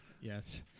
Yes